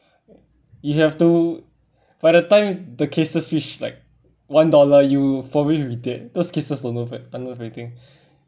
you have to by the time the cases reach like one dollar you probably be dead those cases